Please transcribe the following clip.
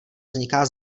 vzniká